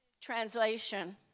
translation